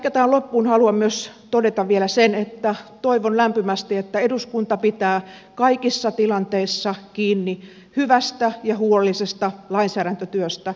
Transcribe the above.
ehkä tähän loppuun haluan myös todeta vielä sen että toivon lämpimästi että eduskunta pitää kaikissa tilanteissa kiinni hyvästä ja huolellisesta lainsäädäntötyöstä